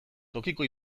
tokiko